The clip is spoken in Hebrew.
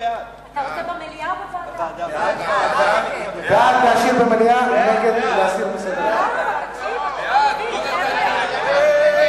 בהצבעה הראשונה יהיה רוב לוועדה ובהצבעה השנייה יהיה רוב להסרה.